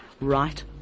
right